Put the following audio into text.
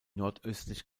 nordöstlich